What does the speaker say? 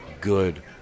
Good